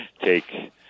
take